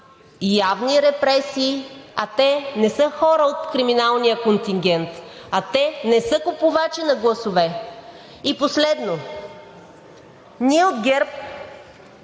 явни репресии, а те не са хора от криминалния контингент, а те не са купувачи на гласове. И последно, ние от ГЕРБ